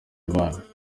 bana